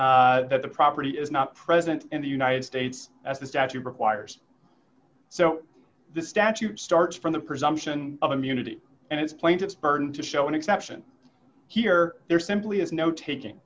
property is not present in the united states as the statute requires so the statute starts from the presumption of immunity and it's plaintiff's burden to show an exception here there simply is no taking